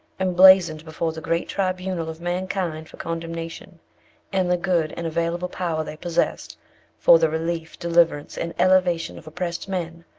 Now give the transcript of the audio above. emblazoned before the great tribunal of mankind for condemnation and the good and available power they possessed for the relief, deliverance and elevation of oppressed men,